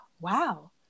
wow